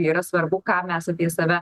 yra svarbu ką mes apie save